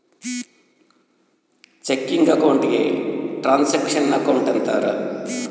checking account ಗೆ transaction account ಅಂತಾರ